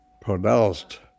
pronounced